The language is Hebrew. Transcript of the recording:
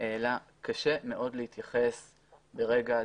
קשה מאוד להתייחס כרגע.